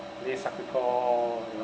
you know